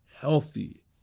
healthy